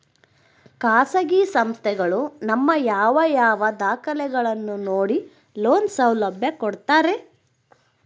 ಖಾಸಗಿ ಸಂಸ್ಥೆಗಳು ನಮ್ಮ ಯಾವ ಯಾವ ದಾಖಲೆಗಳನ್ನು ನೋಡಿ ಲೋನ್ ಸೌಲಭ್ಯ ಕೊಡ್ತಾರೆ?